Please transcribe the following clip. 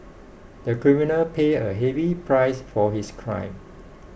the criminal paid a heavy price for his crime